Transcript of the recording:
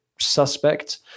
suspect